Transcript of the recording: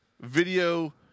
Video